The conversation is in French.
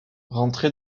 rentré